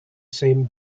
same